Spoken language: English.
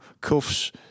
Cuffs